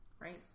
right